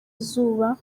izuba